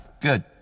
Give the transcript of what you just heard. Good